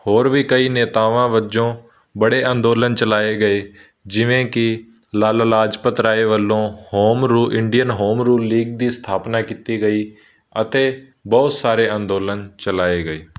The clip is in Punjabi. ਹੋਰ ਵੀ ਕਈ ਨੇਤਾਵਾਂ ਵਜੋਂ ਬੜੇ ਅੰਦੋਲਨ ਚਲਾਏ ਗਏ ਜਿਵੇਂ ਕਿ ਲਾਲਾ ਲਾਜਪਤ ਰਾਏ ਵੱਲੋਂ home rule Indian home rule league ਦੀ ਸਥਾਪਨਾ ਕੀਤੀ ਗਈ ਅਤੇ ਬਹੁਤ ਸਾਰੇ ਅੰਦੋਲਨ ਚਲਾਏ ਗਏ